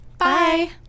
Bye